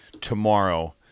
tomorrow